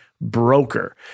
broker